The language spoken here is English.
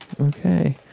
Okay